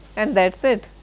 and that's it.